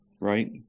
right